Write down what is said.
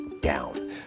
down